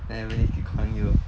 then calling you